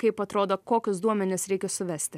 kaip atrodo kokius duomenis reikia suvesti